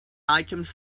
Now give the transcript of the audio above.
items